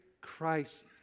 Christ